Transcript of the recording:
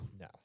No